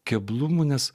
keblumų nes